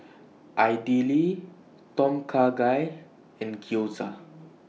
Idili Tom Kha Gai and Gyoza